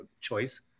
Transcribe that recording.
choice